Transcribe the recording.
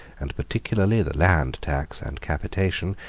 and particularly the land tax and capitation,